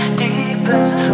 deepest